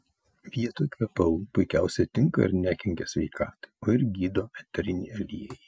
vietoj kvepalų puikiausiai tinka ir nekenkia sveikatai o ir gydo eteriniai aliejai